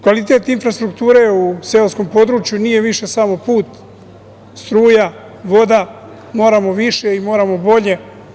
Kvalitet infrastrukture u seoskom području nije više samo put, struja, voda, moramo više i moramo bolje.